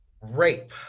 rape